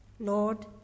Lord